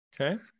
Okay